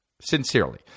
Sincerely